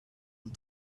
and